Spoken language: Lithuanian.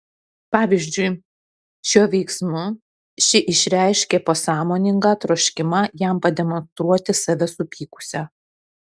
pavyzdžiui šiuo veiksmu ši išreiškė pasąmoningą troškimą jam pademonstruoti save supykusią